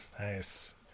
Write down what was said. nice